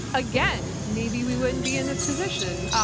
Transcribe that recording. again, maybe we wouldn't be in this position.